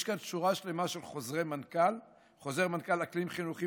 יש כאן שורה שלמה של חוזרי מנכ"ל: חוזר מנכ"ל אקלים חינוכי